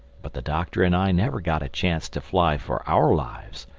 but the doctor and i never got a chance to fly for our lives.